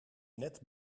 net